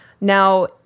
Now